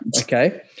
Okay